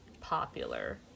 popular